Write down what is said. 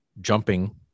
jumping